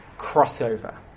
crossover